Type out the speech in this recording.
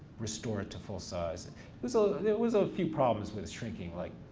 restore it to full size. and but so there was a few problems with the shrinking, like,